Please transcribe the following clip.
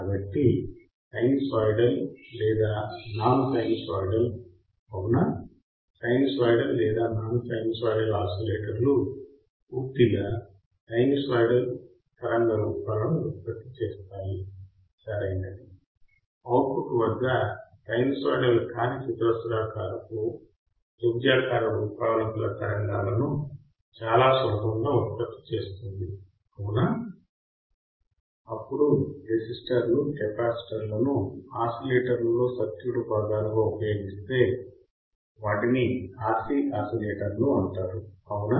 కాబట్టి సైన్యుసాయిడల్ లేదా non sinusoidal అవునా సైన్యుసాయిడల్ లేదా నాన్ సైన్యుసాయిడల్ ఆసిలేటర్లు పూర్తిగా సైన్యుసాయిడల్ తరంగ రూపాలను ఉత్పత్తి చేస్తాయి సరియైనది అవుట్పుట్ వద్ద సైన్యుసాయిడల్ కాని చతురస్రాకారపు త్రిభుజాకార రూపాలు గల తరంగాలను చాలా సులభం ఉత్పత్తి చేస్తుంది అవునా అప్పుడు రెసిస్టర్లు కెపాసిటర్లను ఆసిలేటర్లలలో సర్క్యూట్ భాగాలుగా ఉపయోగిస్తే వాటిని RC ఆసిలేటర్లు అంటారు అవునా